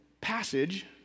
passage